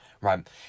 right